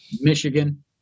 Michigan